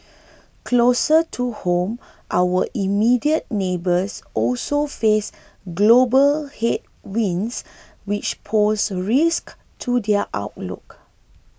closer to home our immediate neighbours also face global headwinds which pose risks to their outlook